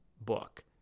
book